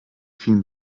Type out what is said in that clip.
vielen